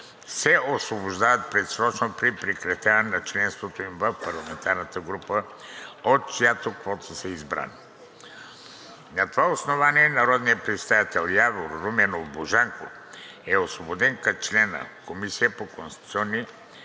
се освобождават предсрочно при прекратяване на членството им в парламентарната група, от чиято квота са избрани. На това основание народният представител Явор Руменов Божанков е освободен като член на Комисията по конституционни